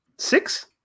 Six